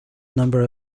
number